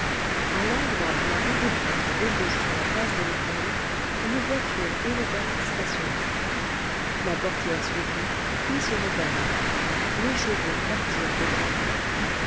a l'endroit où la rue des prêtres débouche sur la place de l'école une voiture élégante stationnait la portière s'ouvrit puis se referma les chevaux partirent au grand trot